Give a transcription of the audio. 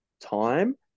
time